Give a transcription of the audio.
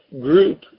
group